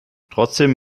trotzdem